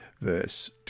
verse